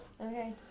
Okay